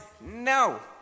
No